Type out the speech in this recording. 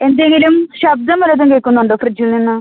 എന്തെങ്കിലും ശബ്ദം വല്ലതും കേൾക്കുന്നുണ്ടോ ഫ്രിഡ്ജിൽ നിന്ന്